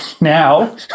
now